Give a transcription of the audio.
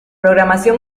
programación